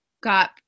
got